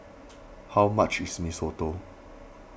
how much is Mee Soto